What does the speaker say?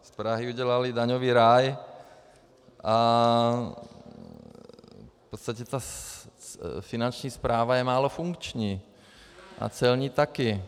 Z Prahy udělali daňový ráj a v podstatě ta finanční správa je málo funkční, a celní taky.